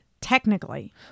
technically